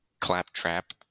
Claptrap